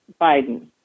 Biden